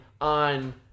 on